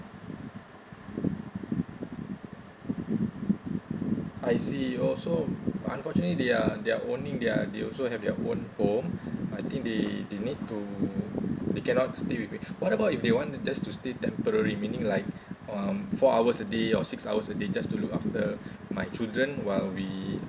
I see oh so unfortunately they are they're owning their they also have their own home I think they they need to they get out stay with me what about if they want to just to stay temporarily meaning like um four hours a day or six hours a day just to look after my children while we